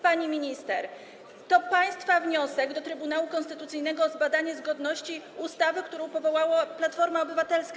Pani minister, to państwa wniosek do Trybunału Konstytucyjnego o zbadanie zgodności z konstytucją ustawy, którą przyjęła Platforma Obywatelska.